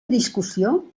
discussió